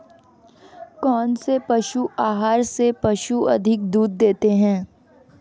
कौनसे पशु आहार से पशु अधिक दूध देते हैं?